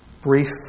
brief